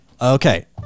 Okay